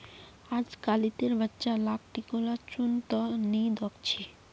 अजकालितेर बच्चा लाक टिकोला चुन त नी दख छि